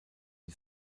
die